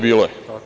Bilo je.